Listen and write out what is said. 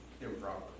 improper